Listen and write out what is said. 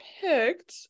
picked